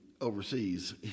overseas